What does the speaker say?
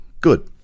good